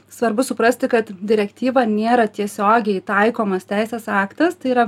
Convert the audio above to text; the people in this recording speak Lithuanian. svarbu suprasti kad direktyva nėra tiesiogiai taikomas teisės aktas tai yra